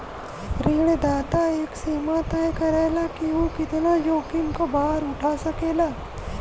ऋणदाता एक सीमा तय करला कि उ कितना जोखिम क भार उठा सकेला